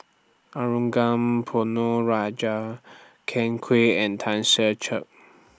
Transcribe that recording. Ponnu Rajah Ken Kwek and Tan Ser Cher